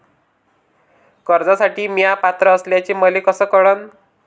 कर्जसाठी म्या पात्र असल्याचे मले कस कळन?